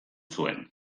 zuen